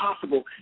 possible